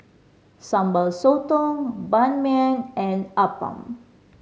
Sambal Sotong Ban Mian and appam